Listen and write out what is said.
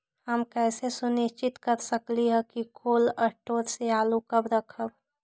हम कैसे सुनिश्चित कर सकली ह कि कोल शटोर से आलू कब रखब?